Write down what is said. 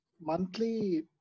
monthly